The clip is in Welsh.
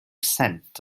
sent